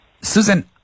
Susan